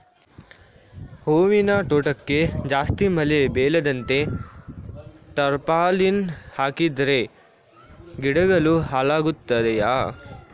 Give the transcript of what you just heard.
ಹೂವಿನ ತೋಟಕ್ಕೆ ಜಾಸ್ತಿ ಮಳೆ ಬೀಳದಂತೆ ಟಾರ್ಪಾಲಿನ್ ಹಾಕಿದರೆ ಗಿಡಗಳು ಹಾಳಾಗುತ್ತದೆಯಾ?